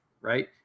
right